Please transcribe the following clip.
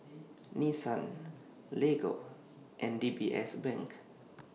Nissan Lego and D B S Bank